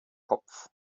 kopf